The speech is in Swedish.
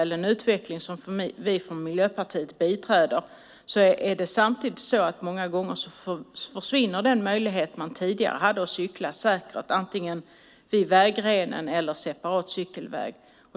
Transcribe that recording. Det är en utveckling som vi i Miljöpartiet biträder. Många gånger försvinner samtidigt den möjlighet man tidigare hade att cykla säkert vid vägrenen eller på separat cykelväg.